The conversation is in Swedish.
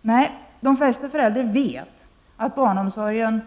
Nej, de flesta föräldrar vet att barnomsorgen